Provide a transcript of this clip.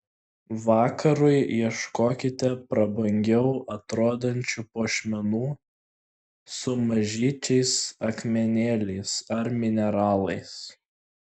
vakarui ieškokite prabangiau atrodančių puošmenų su mažyčiais akmenėliais ar mineralais